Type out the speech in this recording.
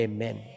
Amen